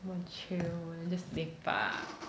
wanna chill then just lepak